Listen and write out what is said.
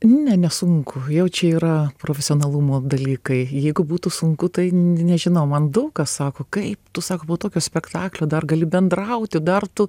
ne nesunku jau čia yra profesionalumo dalykai jeigu būtų sunku tai nežinau man daug kas sako kaip tu sako po tokio spektaklio dar gali bendrauti dar tu